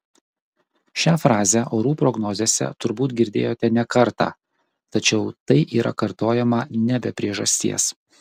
šią frazę orų prognozėse turbūt girdėjote ne kartą tačiau tai yra kartojama ne be priežasties